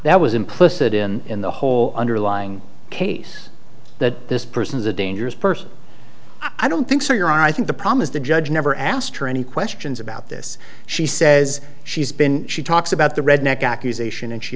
that was implicit in the whole underlying case that this person is a dangerous person i don't think so you're i think the problem is the judge never asked any questions about this she says she's been she talks about the redneck accusation and she